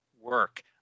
work